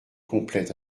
complète